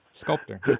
Sculptor